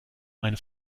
ein